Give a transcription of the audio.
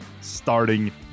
starting